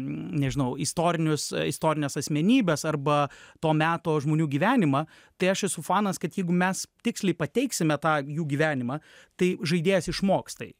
nežinau istorinius istorines asmenybes arba to meto žmonių gyvenimą tai aš esu fanas kad jeigu mes tiksliai pateiksime tą jų gyvenimą tai žaidėjas išmoks tai